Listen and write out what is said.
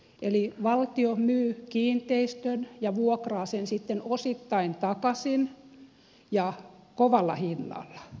eli valtio myy kiinteistön ja vuokraa sen sitten osittain takaisin ja kovalla hinnalla